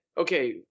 okay